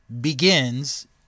begins